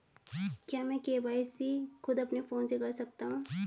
क्या मैं के.वाई.सी खुद अपने फोन से कर सकता हूँ?